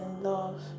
love